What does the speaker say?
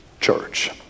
church